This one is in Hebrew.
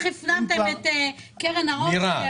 איך הפנמתם את קרן העושר.